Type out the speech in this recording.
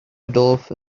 dolphin